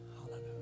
Hallelujah